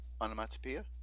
Onomatopoeia